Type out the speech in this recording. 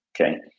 okay